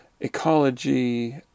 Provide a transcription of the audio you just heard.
ecology